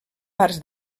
parts